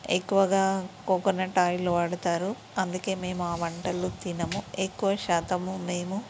ఎక్కువగా coconut oil వాడుతారు అందుకే మేము ఆ వంటలు తినము ఎక్కువ శాతము మేము